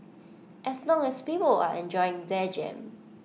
as long as people are enjoying their jam